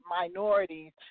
minorities